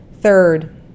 third